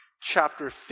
chapter